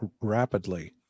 rapidly